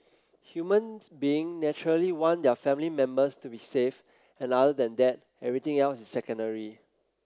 humans being naturally want their family members to be safe and other than that everything else is secondary